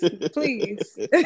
Please